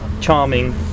charming